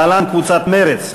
להלן: קבוצת סיעת מרצ,